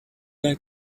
like